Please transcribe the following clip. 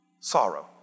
sorrow